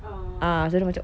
oh